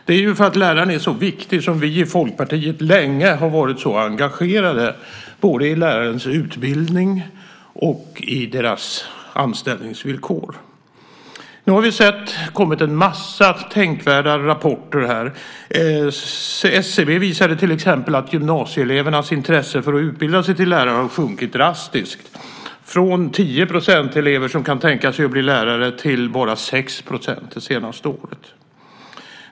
Det är för att läraren är så viktig som vi i Folkpartiet länge har varit så engagerade, både i lärarnas utbildning och i deras anställningsvillkor. Det har kommit en massa tänkvärda rapporter. SCB visade till exempel att gymnasieelevernas intresse för att utbilda sig till lärare har sjunkit drastiskt, från 10 % av eleverna som kan tänka sig att bli lärare till bara 6 % det senaste året.